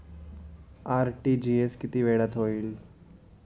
RTGS किती वेळात होईल?